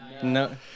No